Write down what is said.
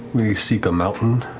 we seek a mountain